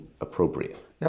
appropriate